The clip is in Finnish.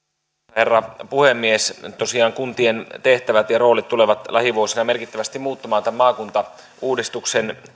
herra puhemies tosiaan kuntien tehtävät ja roolit tulevat lähivuosina merkittävästi muuttumaan tämän maakuntauudistuksen